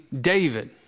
David